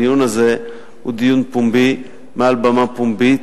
הדיון הזה הוא דיון פומבי מעל במה פומבית,